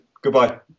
Goodbye